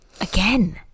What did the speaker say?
again